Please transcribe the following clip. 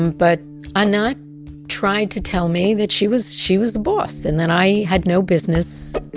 but anat tried to tell me that she was she was the boss and that i had no business